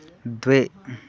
द्वे